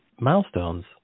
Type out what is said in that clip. milestones